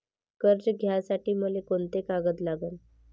कर्ज घ्यासाठी मले कोंते कागद लागन?